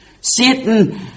Satan